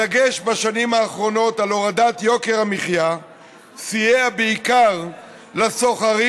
הדגש בשנים האחרונות על הורדת יוקר המחיה סייע בעיקר לסוחרים,